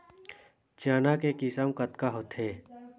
चना के किसम कतका होथे?